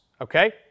okay